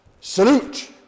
salute